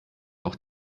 auch